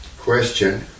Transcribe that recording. question